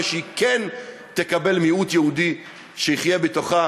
ושהיא כן תקבל מיעוט יהודי שיחיה בתוכה,